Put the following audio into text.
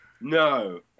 no